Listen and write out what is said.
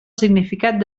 significat